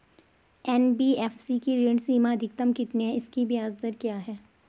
NBFC की ऋण सीमा अधिकतम कितनी है इसकी ब्याज दर क्या है?